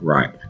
Right